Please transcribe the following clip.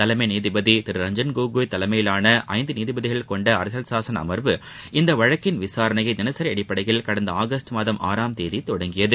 தலைமை நீதிபதி திரு ரஞ்ஜன் கோகாய் தலைமையிலான ஐந்து நீதிபதிகள் கொண்ட அரசியல் சாசன அமர்வு இந்த வழக்கின் விசாரணையை தினசரி அடிப்படையில் கடந்த ஆகஸ்ட் மாதம் ஆறாம் தேதி தொடங்கியது